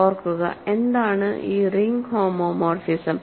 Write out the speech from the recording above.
ഓർക്കുക എന്താണ് ഈ റിംഗ് ഹോമോമോർഫിസം